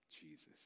Jesus